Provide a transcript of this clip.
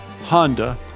Honda